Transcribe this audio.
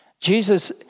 Jesus